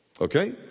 okay